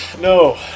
No